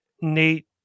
Nate